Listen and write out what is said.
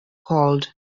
called